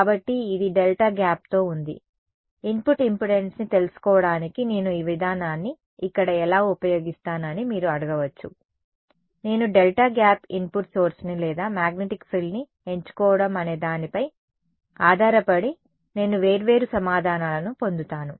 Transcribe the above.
కాబట్టి ఇది delta gap తో ఉంది ఇన్పుట్ ఇంపెడెన్స్ని తెలుసుకోవడానికి నేను ఈ విధానాన్ని ఇక్కడ ఎలా ఉపయోగిస్తాను అని మీరు అడగవచ్చు నేను డెల్టా గ్యాప్ ఇన్పుట్ సోర్స్ని లేదా మాగ్నెటిక్ ఫ్రిల్ ని ఎంచుకోవడం అనే దానిపై ఆధారపడి నేను వేర్వేరు సమాధానాలను పొందుతాను